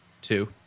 two